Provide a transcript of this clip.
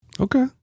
Okay